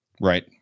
Right